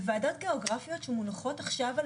בוועדות גיאוגרפיות שמונחת עכשיו על